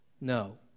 no